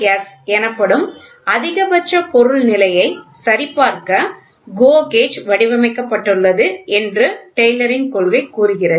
S எனப்படும் அதிகபட்ச பொருள் நிலையை சரிபார்க்க GO கேஜ் வடிவமைக்கப்பட்டுள்ளது என்று டெய்லரின் கொள்கை கூறுகிறது